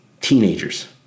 teenagers